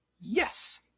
Yes